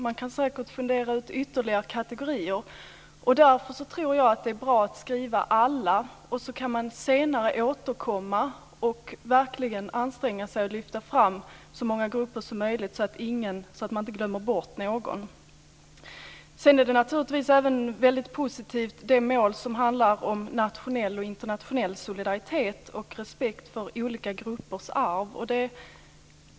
Man kan säkert fundera ut ytterligare kategorier. Därför tror jag att det är bra att skriva "alla", så kan man senare återkomma och verkligen anstränga sig för att lyfta fram så många grupper som möjligt så att man inte glömmer bort någon. Det mål som handlar om nationell och internationell solidaritet samt respekt för olika gruppers arv är naturligtvis även väldigt positivt.